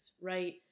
right